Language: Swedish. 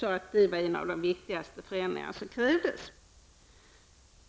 då att det var en av de viktigaste förändringarna som krävdes.